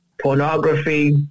pornography